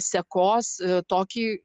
sekos tokį